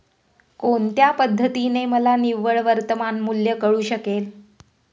कोणत्या पद्धतीने मला निव्वळ वर्तमान मूल्य कळू शकेल?